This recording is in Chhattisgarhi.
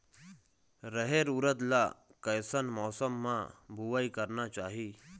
रहेर उरद ला कैसन मौसम मा बुनई करना चाही?